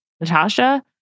Natasha